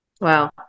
Wow